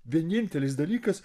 vienintelis dalykas